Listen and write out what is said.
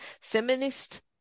feminist